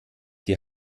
die